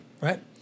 Right